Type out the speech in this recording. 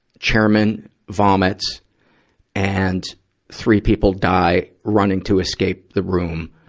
chairman vomits and three people die running to escape the room.